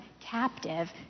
captive